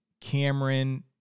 Cameron